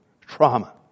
trauma